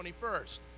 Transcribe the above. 21st